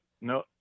no